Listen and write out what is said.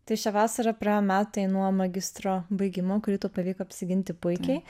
tai šią vasarą praėjo metai nuo magistro baigimo kurį tau pavyko apsiginti puikiai